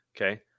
Okay